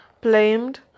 blamed